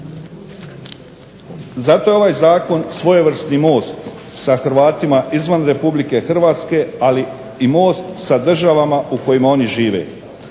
Zato je ovaj zakon svojevrsni most sa Hrvatima izvan Republike Hrvatske, ali i most sa državama u kojima oni žive.